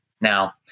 Now